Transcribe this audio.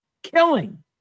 Killing